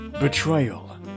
betrayal